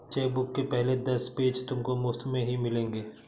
chequebook के पहले दस पेज तुमको मुफ़्त में ही मिलेंगे